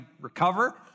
recover